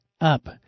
up